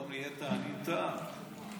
פתאום נהיית אנין טעם.